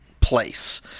place